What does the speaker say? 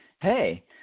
hey